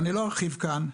ולא ארחיב כאן,